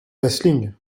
vasling